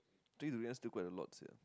actually to be honest still quite a lot sia